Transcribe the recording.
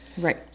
Right